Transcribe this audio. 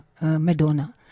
Madonna